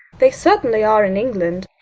they certainly are in england.